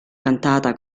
cantata